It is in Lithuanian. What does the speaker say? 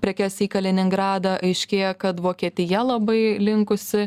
prekes į kaliningradą aiškėja kad vokietija labai linkusi